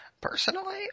Personally